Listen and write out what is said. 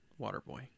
Waterboy